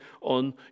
on